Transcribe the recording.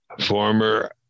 Former